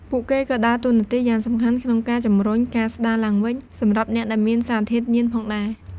ពួកគេក៏ដើរតួនាទីយ៉ាងសំខាន់ក្នុងការជំរុញការស្ដារឡើងវិញ សម្រាប់អ្នកដែលមានសារធាតុញៀនផងដែរ។